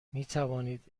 میتوانید